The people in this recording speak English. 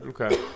Okay